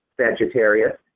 Sagittarius